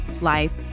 life